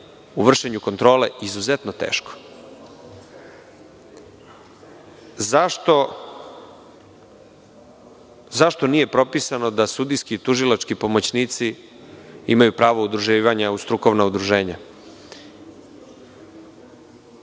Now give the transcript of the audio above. u vršenju kontrole izuzetno teško.Zašto nije propisano da sudijski tužilački pomoćnici imaju pravo udruživanja u strukovna udruženja?